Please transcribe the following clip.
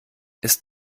ist